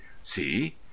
See